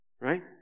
Right